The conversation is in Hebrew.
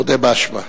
מודה באשמה.